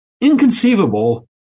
Inconceivable